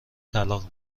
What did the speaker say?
طلاق